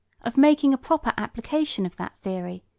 of making a proper application of that theory,